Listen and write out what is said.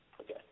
Okay